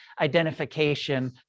identification